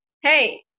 hey